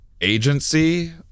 agency